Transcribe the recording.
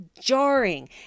jarring